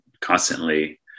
constantly